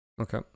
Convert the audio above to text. Okay